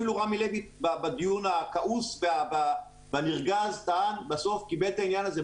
אפילו רמי לוי בדיון הכעוס והנרגז בסוף קיבל את העניין הזה.